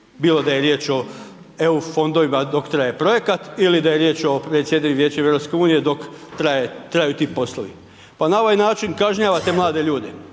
bilo da je riječ o EU fondovima dok traje projekat ili da je riječ o predsjedanju Vijećem EU dok traje, traju ti poslovi. Pa na ovaj način kažnjavate mlade ljude,